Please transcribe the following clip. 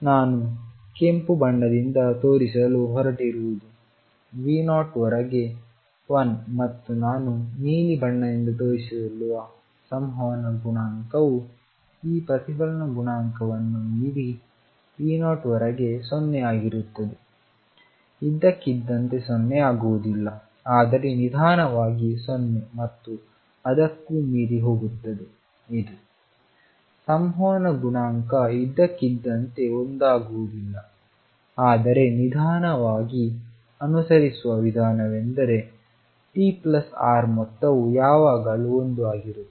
ನಾನು ಕೆಂಪು ಬಣ್ಣದಿಂದ ತೋರಿಸಲು ಹೊರಟಿರುವುದು V0 ವರೆಗೆ 1 ಮತ್ತು ನಾನು ನೀಲಿ ಬಣ್ಣದಿಂದ ತೋರಿಸಲಿರುವ ಸಂವಹನ ಗುಣಾಂಕವು ಈ ಪ್ರತಿಫಲನ ಗುಣಾಂಕವನ್ನು ಮೀರಿ V0 ವರೆಗೆ 0 ಆಗಿರುತ್ತದೆ ಇದ್ದಕ್ಕಿದ್ದಂತೆ 0 ಆಗುವುದಿಲ್ಲ ಆದರೆ ನಿಧಾನವಾಗಿ 0 ಮತ್ತು ಅದಕ್ಕೂ ಮೀರಿ ಹೋಗುತ್ತದೆ ಇದು ಸಂವಹನ ಗುಣಾಂಕ ಇದ್ದಕ್ಕಿದ್ದಂತೆ ಒಂದಾಗುವುದಿಲ್ಲ ಆದರೆ ನಿಧಾನವಾಗಿ ಅನುಸರಿಸುವ ವಿಧಾನವೆಂದರೆ TR ಮೊತ್ತವು ಯಾವಾಗಲೂ 1 ಆಗಿರುತ್ತದೆ